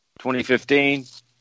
2015